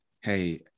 Hey